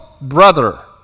brother